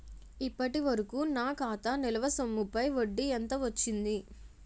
ఇప్పటి వరకూ నా ఖాతా నిల్వ సొమ్ముపై వడ్డీ ఎంత వచ్చింది?